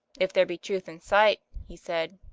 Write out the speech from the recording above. if there be truth in sight, he said,